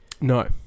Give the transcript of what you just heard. No